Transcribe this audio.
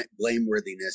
blameworthiness